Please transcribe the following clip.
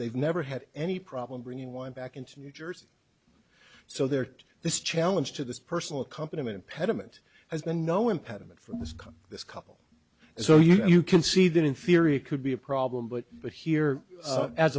they've never had any problem bringing one back into new jersey so they're this challenge to this personal company an impediment has been no impediment from this come this couple so you can see that in theory it could be a problem but but here a